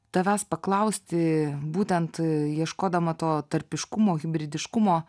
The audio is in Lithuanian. tavęs paklausti būtent ieškodama to tarpiškumo hibridiškumo